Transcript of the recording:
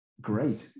great